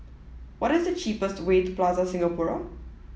what is the cheapest way to Plaza Singapura